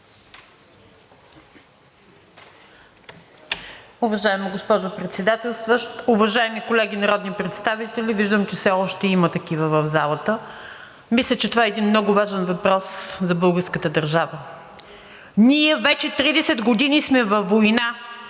Уважаема госпожо Председателстваща, уважаеми колеги народни представители – виждам, че все още има такива в залата! Мисля, че това е един много важен въпрос за българската държава. Ние вече 30 години сме във война